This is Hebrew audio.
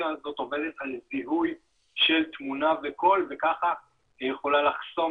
הזאת עובדת על זיהוי של תמונה וקול וכך היא יכולה לחסום